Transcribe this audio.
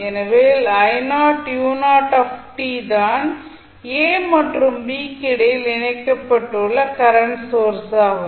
எனவே தான் a மற்றும் b க்கு இடையில் இணைக்கப்பட்டுள்ள கரண்ட் சோர்ஸாகும்